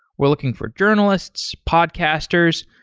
we're looking for journalists, podcasters,